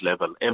level